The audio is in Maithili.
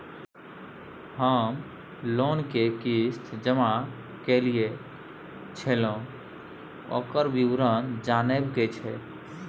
हम लोन के किस्त जमा कैलियै छलौं, ओकर विवरण जनबा के छै?